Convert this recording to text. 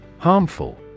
Harmful